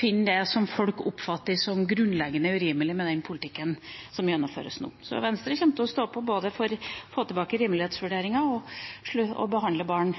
finner det som folk oppfatter som grunnleggende urimelig med den politikken som gjennomføres nå. Venstre kommer til å stå på både for å få tilbake rimelighetsvurderingen og for faktisk å behandle barn